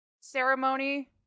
ceremony